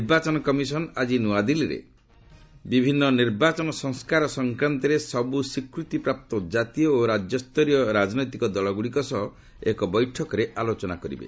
ନିର୍ବାଚନ କମିଶନ୍ ଆଜି ନୂଆଦିଲ୍ଲୀରେ ବିଭିନ୍ନ ନିର୍ବାଚନ ସଂସ୍କାର ସଂକ୍ରାନ୍ତରେ ସର୍ଚ୍ଚ ସ୍ୱୀକୃତି ପ୍ରାପ୍ତ ଜାତୀୟ ଓ ରାଜ୍ୟସ୍ତରୀୟ ରାଜନୈତିକ ଦଳଗୁଡ଼ିକ ସହ ଏକ ବୈଠକରେ ଆଲୋଚନା କରିବେ